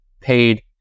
paid